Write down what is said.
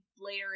later